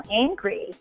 angry